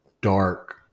dark